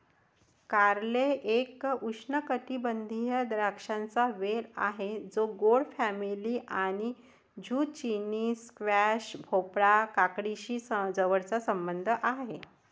कारले एक उष्णकटिबंधीय द्राक्षांचा वेल आहे जो गोड फॅमिली आणि झुचिनी, स्क्वॅश, भोपळा, काकडीशी जवळचा संबंध आहे